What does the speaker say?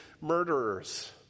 murderers